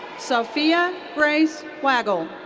sofia grace wagle.